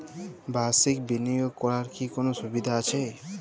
বাষির্ক বিনিয়োগ করার কি কোনো সুবিধা আছে?